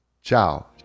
ciao